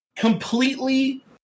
completely